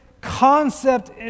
concept